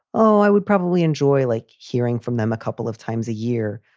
oh, i would probably enjoy like hearing from them a couple of times a year.